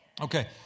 Okay